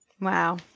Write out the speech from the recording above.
Wow